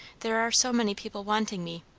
there are so many people wanting me.